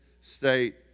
state